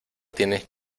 tienes